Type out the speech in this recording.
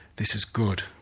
this is good.